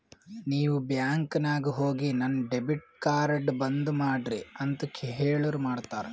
ನೀವ್ ಬ್ಯಾಂಕ್ ನಾಗ್ ಹೋಗಿ ನನ್ ಡೆಬಿಟ್ ಕಾರ್ಡ್ ಬಂದ್ ಮಾಡ್ರಿ ಅಂತ್ ಹೇಳುರ್ ಮಾಡ್ತಾರ